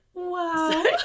wow